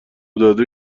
داده